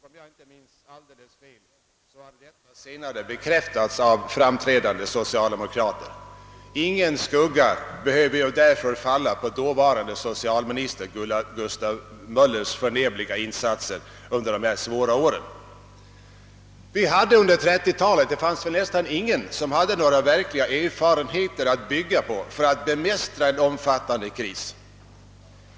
Om jag inte minns aildeles fel har detta också bekräftats av framträdande socialdemokrater. Ingen skugga behöver därför falla på dåvarande socialminister Gustav Möllers förnämliga insatser under de svåra åren. Under 1930-talet hade väl nästan ingen några verkliga erfarenheter att bygga på för att bemästra en omfattande kris.